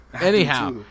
Anyhow